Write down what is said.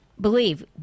believe